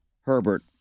Herbert